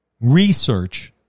research